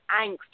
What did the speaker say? angst